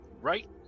right